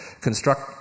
construct